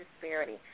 disparity